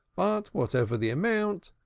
but whatever the amount,